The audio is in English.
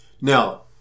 Now